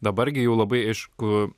dabar gi jau labai aišku